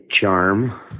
charm